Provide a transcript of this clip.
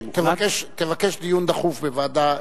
תבקש דיון דחוף בוועדה,